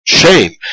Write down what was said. shame